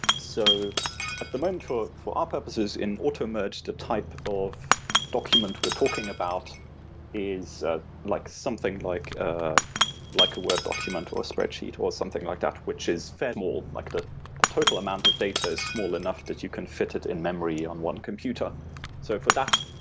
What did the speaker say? so at the moment for our purposes in auto-merged the type of document we're talking about is ah like something like ah like a word document, or a spreadsheet, or something like that, which is fair more like the the total amount of data is small enough that you can fit in memory on one computer so for that,